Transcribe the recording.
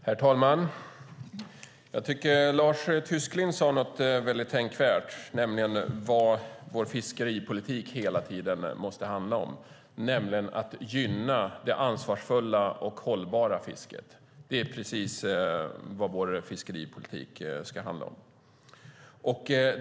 Herr talman! Jag tycker att Lars Tysklind sade någonting tänkvärt om vad vår fiskeripolitik hela tiden måste handla om, nämligen att gynna det ansvarsfulla och hållbara fisket. Det är precis vad vår fiskeripolitik ska handla om.